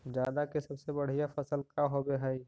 जादा के सबसे बढ़िया फसल का होवे हई?